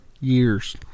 years